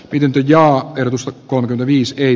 pidentyy ja usa kolme viisi ei